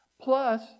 Plus